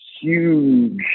huge